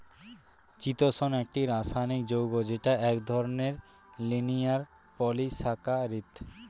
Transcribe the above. চিতোষণ একটি রাসায়নিক যৌগ যেটা এক ধরনের লিনিয়ার পলিসাকারীদ